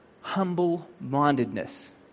humble-mindedness